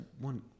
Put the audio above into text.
one